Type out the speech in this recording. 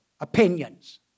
opinions